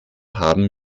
haben